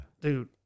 dude